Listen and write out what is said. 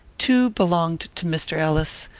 two belonged to mr. ellis,